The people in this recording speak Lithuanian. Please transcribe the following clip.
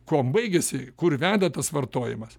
kuom baigiasi kur veda tas vartojimas